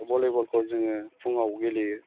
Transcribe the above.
भलिबलखौ जोङो फुङाव गेलेयो